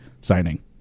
signing